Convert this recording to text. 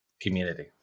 community